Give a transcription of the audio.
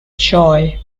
joy